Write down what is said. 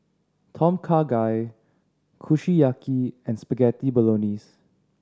Tom Kha Gai Kushiyaki and Spaghetti Bolognese